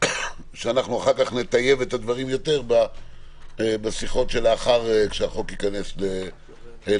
שאנחנו אחר כך נטייב יותר את הדברים לאחר שהחוק ייכנס לתוקף.